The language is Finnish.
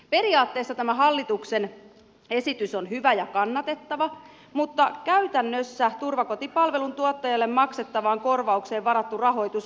periaatteessa tämä hallituksen esitys on hyvä ja kannatettava mutta käytännössä turvakotipalvelun tuottajalle maksettavaan korvaukseen varattu rahoitus on riittämätön